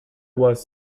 was